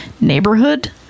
neighborhood